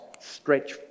stretch